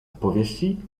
powieści